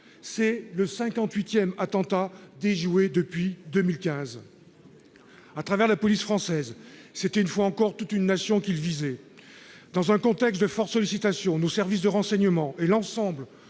c'est le 58ème attentats déjoué depuis 2015 à travers la police française, c'était une fois encore, toute une nation qu'le visait, dans un contexte de forte sollicitation, nos services de renseignement l'ensemble